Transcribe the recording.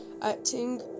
acting